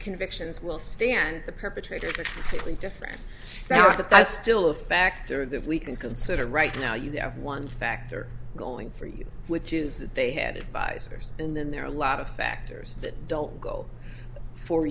convictions will stand the perpetrators are a different story but that's still a factor that we can consider right now you have one factor going for you which is that they headed by czars and then there are a lot of factors that don't go for